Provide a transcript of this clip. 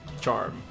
charm